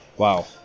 Wow